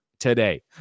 today